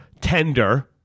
tender